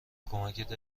کمکت